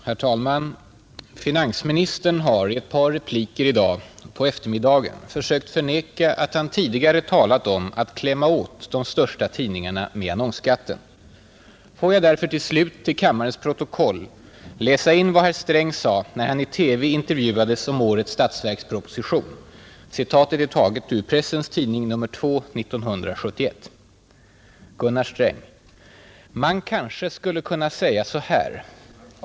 Herr talman! Finansministern har i ett par repliker i dag på eftermiddagen försökt förneka att han tidigare talat om att ”klämma åt” de största tidningarna med annonsskatten. Får jag därför till slut till kammarens protokoll läsa in vad herr Sträng sade, när han i TV intervjuades om årets statsverksproposition. Citatet är taget ur Pressens Tidning nr 2 1971. Gunnar Sträng: ”Man kanske skulle kunna säga så här.